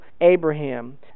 Abraham